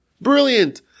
Brilliant